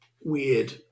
weird